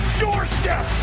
doorstep